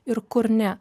ir kur ne